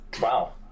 Wow